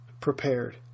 prepared